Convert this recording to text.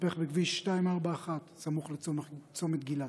התהפך בכביש 241, סמוך לצומת גילת,